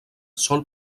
sol